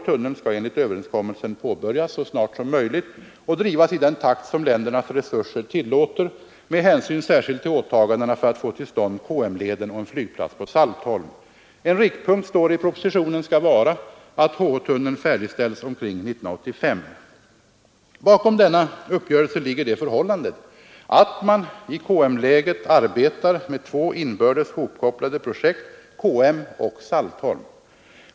Tunneln skall enligt överenskommelsen påbörjas så snart som möjligt och bygget drivas i den takt som ländernas resurser tillåter med hänsyn särskilt till åtagandena för att få till stånd KM-leden och en flygplats på Saltholm. En riktpunkt, står det i propositionen, skall vara att HH-tunneln färdigställs omkring 1985. Bakom denna uppgörelse ligger det förhållandet att man i KM-läget arbetar med två inbördes hopkopplade projekt — KM-leden och Saltholm.